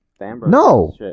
No